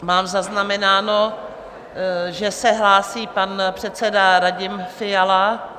Mám zaznamenáno, že se hlásí pan předseda Radim Fiala.